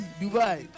dubai